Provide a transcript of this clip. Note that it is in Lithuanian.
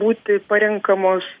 būti parenkamos